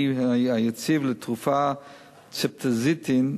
היציב לתרופה "צפטזידים",